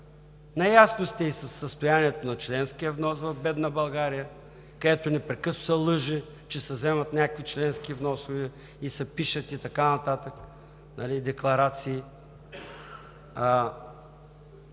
Наясно сте и със състоянието на членския внос в бедна България, където непрекъснато се лъже, че се вземат някакви членски вноски и се пишат декларации,